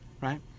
right